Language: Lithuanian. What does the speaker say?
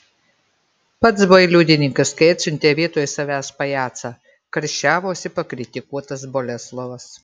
pats buvai liudininkas kai atsiuntė vietoj savęs pajacą karščiavosi pakritikuotas boleslovas